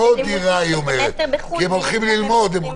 כך שניתן להטיל קנס של 1,000 שקלים גם על שני בני אדם,